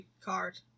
card